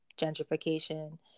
gentrification